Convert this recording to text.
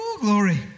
Glory